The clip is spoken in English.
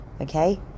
okay